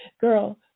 girl